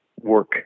work